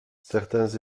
certains